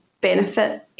benefit